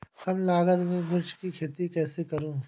कम लागत में मिर्च की खेती कैसे करूँ?